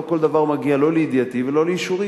לא כל דבר מגיע לידיעתי ולאישורי.